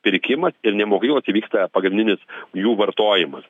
pirkimas ir ne mokyklose vyksta pagrindinis jų vartojimas